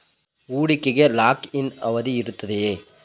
ಹೂಡಿಕೆಗೆ lock in ಅವಧಿ ಇರುತ್ತದೆಯೇ?